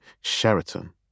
Sheraton